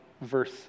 verse